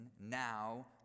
Now